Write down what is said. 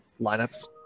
lineups